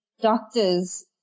doctors